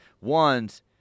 one's